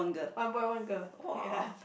one boy one girl ya